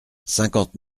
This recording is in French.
cinquante